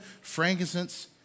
frankincense